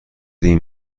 این